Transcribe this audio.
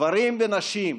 גברים ונשים,